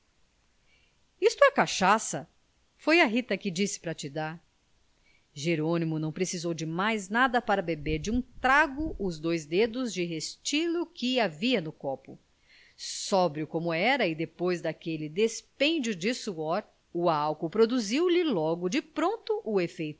isto é cachaça foi a rita que disse para te dar jerônimo não precisou de mais nada para beber de um trago os dois dedos de restilo que havia no copo sóbrio como era e depois daquele dispêndio de suor o álcool produziu lhe logo de